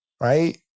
right